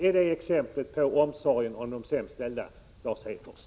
Är det ett exempel på omsorgen om de sämst ställda, Lars Hedfors?